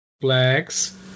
Flex